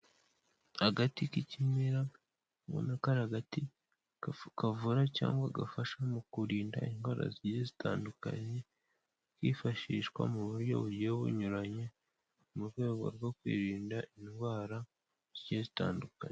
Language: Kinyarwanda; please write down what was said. Agati k'ikimera ubona ko ari agati kavura cyangwa gafasha mu kurinda indwara zigiye zitandukanye, kifashishwa mu buryo bugiye bunyuranye mu rwego rwo kwirinda indwara zigiye zitandukanye.